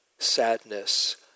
sadness